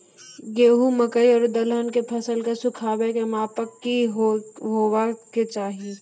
गेहूँ, मकई आर दलहन के फसलक सुखाबैक मापक की हेवाक चाही?